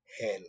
hell